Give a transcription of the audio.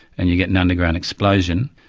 and you get an underground explosion,